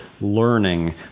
learning